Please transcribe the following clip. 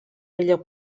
millor